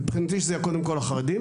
מבחינתי שזה יהיה קודם כל החרדים,